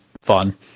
fun